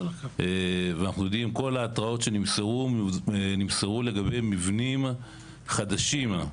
כל ההתראות שנמסרו, נמסרו לגבי מבנים חדשים.